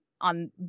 on